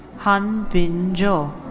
han bin jo.